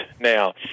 Now